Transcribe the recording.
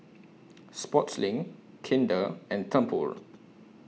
Sportslink Kinder and Tempur